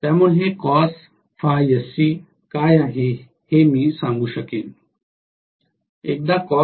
त्यामुळे हे काय आहे हे मी सांगू शकेन